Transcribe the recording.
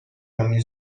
امین